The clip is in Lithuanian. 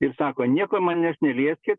ir sako nieko manęs nelieskit